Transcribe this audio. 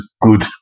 good